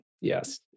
yes